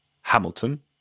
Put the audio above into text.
Hamilton